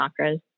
chakras